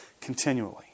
continually